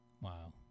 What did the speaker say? Wow